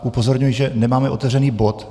Upozorňuji, že nemáme otevřený bod.